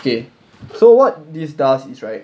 okay so what this does is right